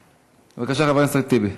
בבקשה, חבר הכנסת טיבי.